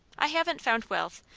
i haven't found wealth,